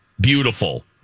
beautiful